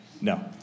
No